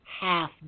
half